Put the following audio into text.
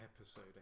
episode